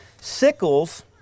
Sickles